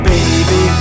Baby